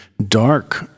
dark